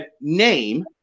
name